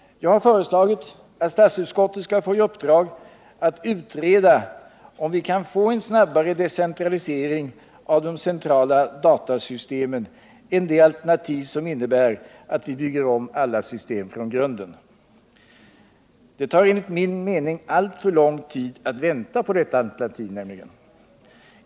Jag har föreslagit att statskontoret skall få i uppdrag att utreda om vi kan få en snabbare decentralisering av de centrala datasystemen än det alternativ som innebär att vi bygger om alla systemen från grunden. Det tar enligt min mening alltför lång tid att vänta på detta alternativ.